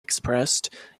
expressed